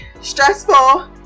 stressful